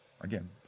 again